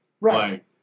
Right